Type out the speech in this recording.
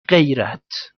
غیرت